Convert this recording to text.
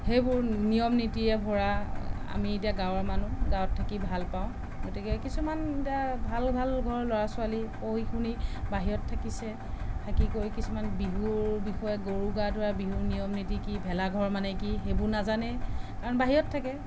সেইবোৰ নিয়ম নীতিৰে ভৰা আমি এতিয়া গাঁৱৰ মানুহ গাঁৱত থাকি ভাল পাওঁ গতিকে কিছুমান এতিয়া ভাল ভাল ঘৰৰ ল'ৰা ছোৱালী পঢ়ি শুনি বাহিৰত থাকিছে থাকি কৰি কিছুমান বিহুৰ বিষয়ে গৰু গা ধোৱা বিহুৰ নিয়ম নীতি কি ভেলাঘৰ মানে কি সেইবোৰ নাজানে কাৰণ বাহিৰত থাকে